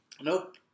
Nope